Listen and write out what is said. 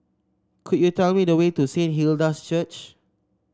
could you tell me the way to Saint Hilda's Church